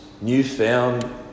newfound